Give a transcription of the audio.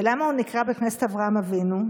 ולמה הוא נקרא בית כנסת אברהם אבינו?